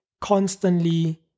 constantly